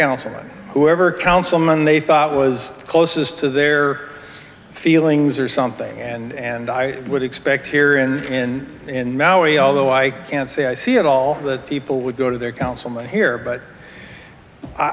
counseling whoever councilman they thought was closest to their feelings or something and i would expect here in in maui although i can't say i see at all that people would go to their councilman here but i